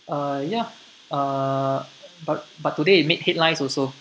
uh ya uh but but today it made headlines also